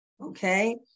okay